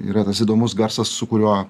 yra tas įdomus garsas su kuriuo